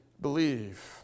believe